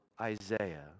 Isaiah